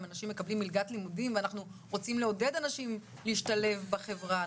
אם אנשים מקבלים מלגת לימודים ואנחנו רוצים לעודד אנשים להשתלב בחברה,